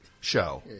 show